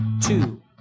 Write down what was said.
two